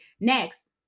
next